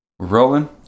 Rolling